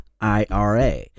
IRA